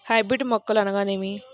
Hybrid మొక్కలు అనగానేమి?